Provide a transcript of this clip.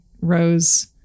Rose